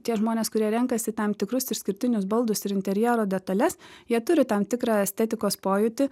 tie žmonės kurie renkasi tam tikrus išskirtinius baldus ir interjero detales jie turi tam tikrą estetikos pojūtį